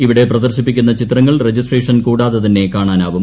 ഇവിടെ പ്രദർശിപ്പിക്കുന്ന ചിത്രങ്ങൾ രജിസ്ട്രേഷൻ കൂടാതെ തന്നെ കാണാനാവും